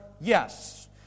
yes